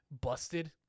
busted